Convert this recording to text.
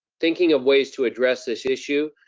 thinking of ways to address this issue,